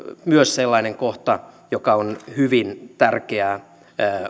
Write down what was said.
myös sellainen kohta joka on hyvin tärkeää